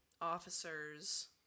officers